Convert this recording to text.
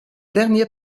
dernier